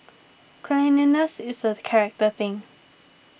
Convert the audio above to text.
cleanlinesses is a character thing